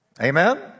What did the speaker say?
Amen